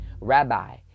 Rabbi